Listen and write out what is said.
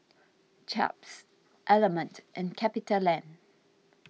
Chaps Element and CapitaLand